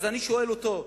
אז אני שואל אותו: